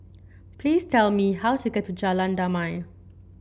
please tell me how to get to Jalan Damai